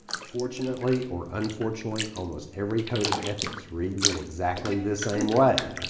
fortunately, or unfortunately, almost every code of ethics reads in exactly the same way.